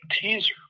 teaser